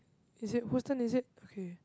is it whose turn is it okay